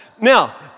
Now